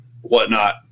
whatnot